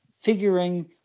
figuring